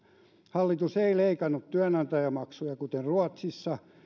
hallitus ei leikannut työnantajamaksuja kuten ruotsissa